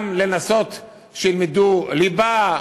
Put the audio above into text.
גם לנסות שילמדו ליבה,